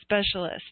Specialist